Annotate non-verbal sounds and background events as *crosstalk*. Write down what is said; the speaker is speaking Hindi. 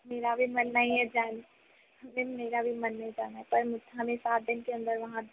मेरा भी मन नहीं है जाने *unintelligible* मेरा भी मन नहीं जानेका पर हमें सात दिन के अंदर वहाँ